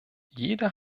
jeder